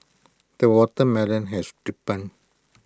the watermelon has ripened